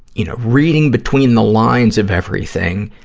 you know, reading between the lines of everything,